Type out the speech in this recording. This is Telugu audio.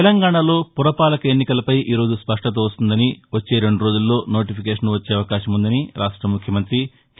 తెలంగాణలో ఫురపాలక ఎన్నికలపై ఈ రోజు స్పష్టత వస్తుందని వచ్చే రెండు రోజుల్లో నోటిఫికేషన్ వచ్చే అవకాశముందని రాష్ట ముఖ్యమంతి కె